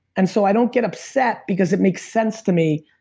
and so i don't get upset because it makes sense to me